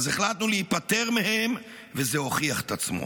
אז החלטנו להיפטר מהם, וזה הוכיח את עצמו.